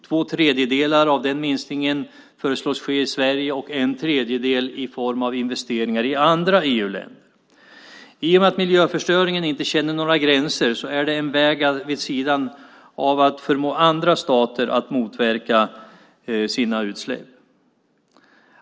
Två tredjedelar av minskningen föreslås ske i Sverige och en tredjedel i form av investeringar i andra EU-länder. I och med att miljöförstöringen inte känner några gränser är det en väg vid sidan av att förmå andra stater att motverka sina utsläpp.